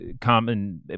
common